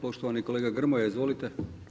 Poštovani kolega Grmoja, izvolite.